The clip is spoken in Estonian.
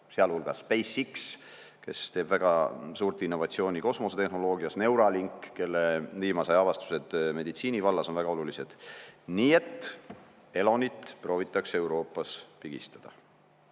sealhulgas Space X-i, kes teeb väga suurt innovatsiooni kosmosetehnoloogias, ja Neuralinki alusel, kelle viimase aja avastused meditsiini vallas on väga olulised. Nii et Elonit proovitakse Euroopas pigistada.